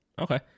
okay